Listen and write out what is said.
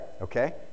Okay